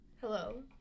Hello